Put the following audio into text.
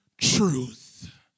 truth